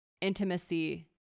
intimacy